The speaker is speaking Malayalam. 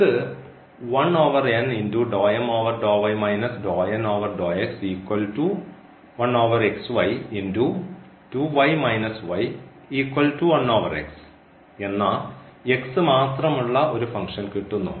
നമുക്ക് എന്ന മാത്രമുള്ള ഒരു ഫംഗ്ഷൻ കിട്ടുന്നു